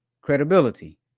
credibility